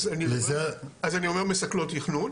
אז אני אומר מסכלות תכנון,